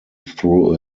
through